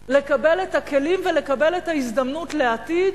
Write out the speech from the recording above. לקבל את הכלים ולקבל את ההזדמנות לעתיד,